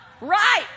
right